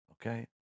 Okay